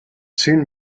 soon